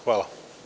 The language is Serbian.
Hvala.